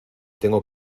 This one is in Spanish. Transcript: tengo